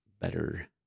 better